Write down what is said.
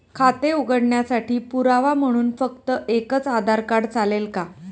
खाते उघडण्यासाठी पुरावा म्हणून फक्त एकच आधार कार्ड चालेल का?